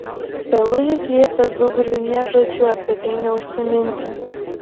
pelužis liepė zubriui nė žodžiu apie tai neužsiminti